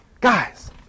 Guys